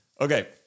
Okay